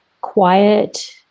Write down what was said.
quiet